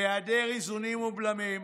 בהיעדר איזונים ובלמים,